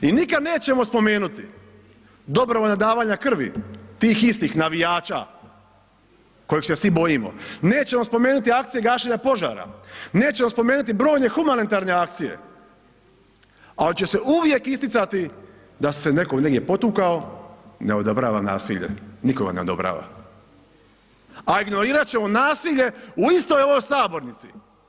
I nikad nećemo spomenuti dobrovoljna davanja krvi tih istih navijača kojih se svi bojimo, nećemo spomenuti akcije gašenja požara, nećemo spomenuti brojne humanitarne akcije, al će se uvijek isticati da se neko negdje potukao, ne odobravam nasilje, niko ga ne odobrava, a ignorirat ćemo nasilje u istoj ovoj sabornici.